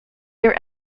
their